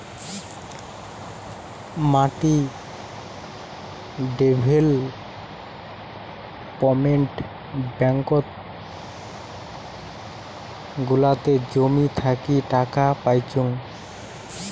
মাটি ডেভেলপমেন্ট ব্যাঙ্কত গুলাতে জমি থাকি টাকা পাইচুঙ